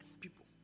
people